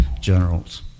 generals